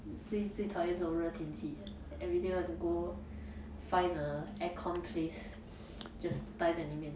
最最讨厌这种热天气 eh everyday want to go find a air con place just 呆在里面